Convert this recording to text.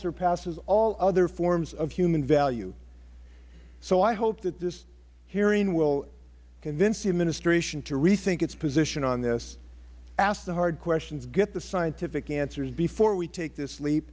surpasses all other forms of human value so i hope that this hearing will convince the administration to rethink its position on this ask the hard questions get the scientific answers before we take this le